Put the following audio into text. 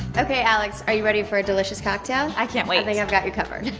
okay alex, are you ready for a delicious cocktail? i can't wait. i think i've got you covered.